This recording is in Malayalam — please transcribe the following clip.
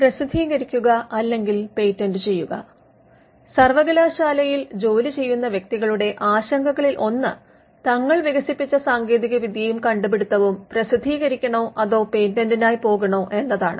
പബ്ലിഷ് ഓർ പേറ്റന്റ് സർവ്വകലാശാലയിൽ ജോലി ചെയ്യുന്ന വ്യക്തികളുടെ ആശങ്കകളിൽ ഒന്ന് തങ്ങൾ വികസിപ്പിച്ച സാങ്കേതികവിദ്യയും കണ്ടുപിടിത്തവും പ്രസിദ്ധീകരിക്കണോ അതോ പേറ്റന്റിനായി പോകണോ എന്നതാണ്